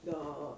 the